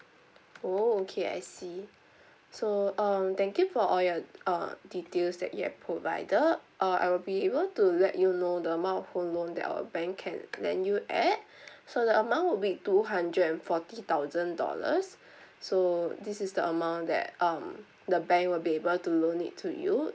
oh okay I see so um thank you for all your uh details that you have provided uh I will be able to let you know the amount of home loan that our bank can lend you at so the amount will be two hundred and forty thousand dollars so this is the amount that um the bank will be able to loan it to you